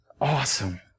Awesome